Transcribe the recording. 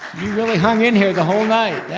you really hung in here the whole night,